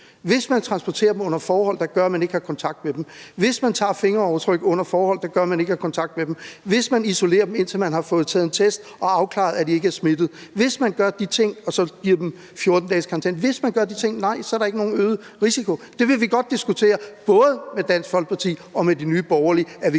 hvis man transporterer dem under forhold, der gør, at man ikke har kontakt med dem; hvis man tager fingeraftryk under forhold, der gør, at man ikke har kontakt med dem; hvis man isolerer dem, indtil der er blevet taget en test og det er blevet afklaret, at de ikke er smittet; hvis man gør de ting og så giver dem 14 dages karantæne, nej, så er der ikke nogen øget risiko. Det vil vi godt diskutere med både Dansk Folkeparti og Nye Borgerlige at vi